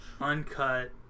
Uncut